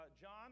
John